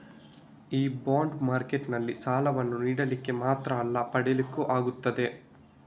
ಈ ಬಾಂಡ್ ಮಾರ್ಕೆಟಿನಲ್ಲಿ ಸಾಲವನ್ನ ನೀಡ್ಲಿಕ್ಕೆ ಮಾತ್ರ ಅಲ್ಲ ಪಡೀಲಿಕ್ಕೂ ಆಗ್ತದೆ